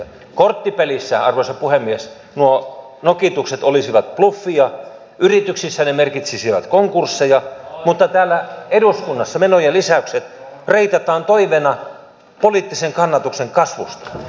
korttipelissä arvoisa puhemies nuo nokitukset olisivat bluffia yrityksissä ne merkitsisivät konkursseja mutta täällä eduskunnassa menojen lisäykset reitataan toiveena poliittisen kannatuksen kasvusta